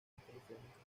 telefónicas